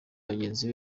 bagenzi